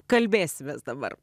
kalbėsimės dabar